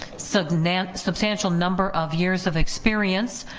so substantial number of years of experience